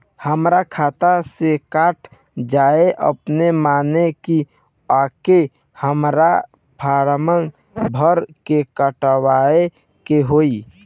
हमरा खाता से कट जायी अपने माने की आके हमरा फारम भर के कटवाए के होई?